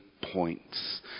points